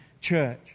church